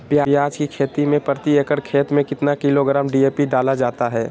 प्याज की खेती में प्रति एकड़ खेत में कितना किलोग्राम डी.ए.पी डाला जाता है?